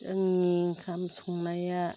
आंनि ओंखाम संनाया